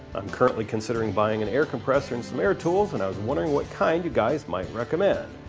i'm currently considering buying an air compressor and some air tools and i was wondering what kind you guys might recommend?